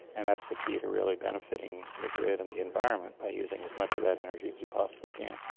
and that's the key to really benefiting the grid and the environment by using as much of that energy as you possibly can.